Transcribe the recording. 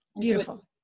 Beautiful